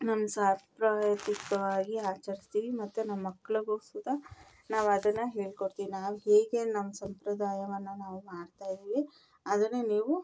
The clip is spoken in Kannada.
ನಮ್ಮ ಸಪ್ರಯದಿಕವಾಗಿ ಆಚರಿಸ್ತೀವಿ ಮತ್ತು ನಮ್ಮ ಮಕ್ಳಿಗೂ ಸಹಿತ ನಾವು ಅದನ್ನು ಹೇಳ್ಕೊಡ್ತೀವಿ ನಾವು ಹೇಗೆ ನಮ್ಮ ಸಂಪ್ರದಾಯವನ್ನು ನಾವು ಮಾಡ್ತಾಯಿದ್ದೀವಿ ಅದನ್ನೇ ನೀವು